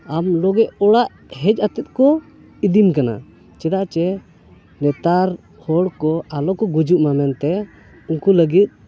ᱟᱢ ᱞᱚᱜᱚᱱ ᱚᱲᱟᱜ ᱦᱮᱡ ᱠᱟᱛᱮᱫ ᱠᱚ ᱤᱫᱤᱢ ᱠᱟᱱᱟ ᱪᱮᱫᱟᱜ ᱪᱮ ᱱᱮᱛᱟᱨ ᱦᱚᱲ ᱠᱚ ᱟᱞᱚ ᱠᱚ ᱜᱩᱡᱩᱜ ᱢᱟ ᱢᱮᱱᱛᱮ ᱩᱱᱠᱩ ᱞᱟᱹᱜᱤᱫ